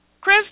Chris